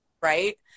right